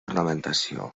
ornamentació